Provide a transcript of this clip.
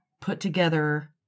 put-together